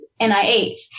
NIH